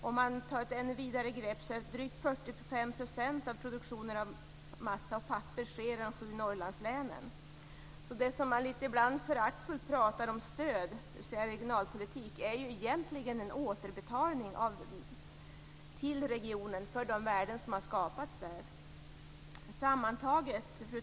Om man tar ett ännu vidare grepp sker drygt 45 % av produktionen av massa och papper i de sju Norrlandslänen. Det som man ibland litet föraktfullt kallar stöd, dvs. regionalpolitik, är ju egentligen en återbetalning till regionen för de värden som har skapats där. Fru talman!